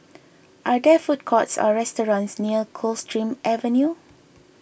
are there food courts or restaurants near Coldstream Avenue